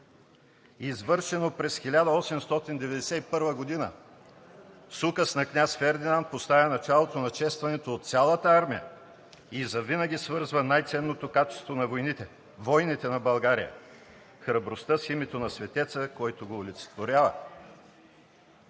извършено през 1891 г. с указ на княз Фердинанд, поставя началото на честването от цялата армия и завинаги свърза най ценното качество на войните на България – храбростта с името на светеца, който го олицетворява.